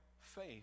faith